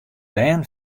bern